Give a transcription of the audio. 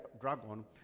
dragon